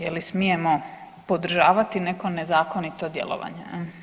Je li smijemo podržavati neko nezakonito djelovanje?